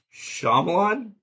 Shyamalan